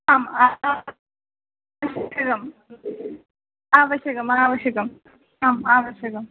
आम् आवश्यकम् आवश्यकम् आवश्यकम् आम् आवश्यकम्